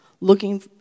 looking